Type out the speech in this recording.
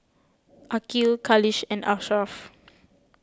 Aqil Khalish and Ashraff